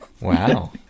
Wow